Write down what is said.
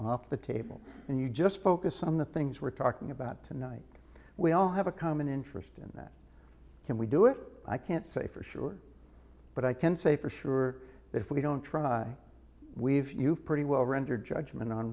off the table and you just focus on the things we're talking about tonight we all have a common interest in that can we do it i can't say for sure but i can say for sure that if we don't try we've you pretty will render judgment on